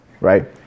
right